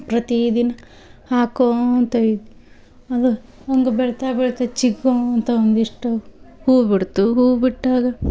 ಪ್ರತಿ ದಿನ ಹಾಕೊತಾ ಇ ಅದು ಮುಂದೆ ಬೆಳಿತಾ ಬೆಳಿತಾ ಚಿಗೋಂತ ಒಂದಿಷ್ಟು ಹೂ ಬಿಡ್ತು ಹೂ ಬಿಟ್ಟಾಗ